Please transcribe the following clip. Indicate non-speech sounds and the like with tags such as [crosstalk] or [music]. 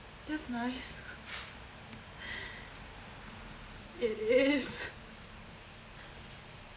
that's nice [laughs] it is [laughs]